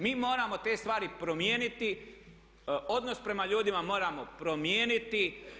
Mi moramo te stvari promijeniti, odnos prema ljudima moramo promijeniti.